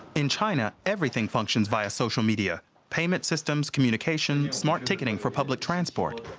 in china everything functions via social media payment systems, communication, smart ticketing for public transport.